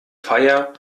feier